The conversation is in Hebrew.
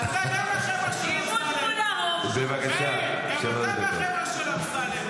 --- מאיר, גם אתה מהחבר'ה של אמסלם.